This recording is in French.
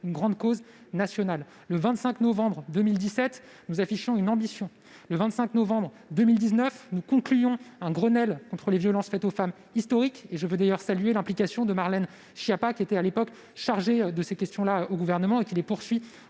une grande cause nationale. Le 25 novembre 2017, nous affichons une ambition. Le 25 novembre 2019, nous concluons un Grenelle historique contre les violences faites aux femmes- je veux à cet égard saluer l'implication de Marlène Schiappa, qui était à l'époque chargée de ces questions et qui poursuit